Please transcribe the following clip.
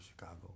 Chicago